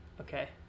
okay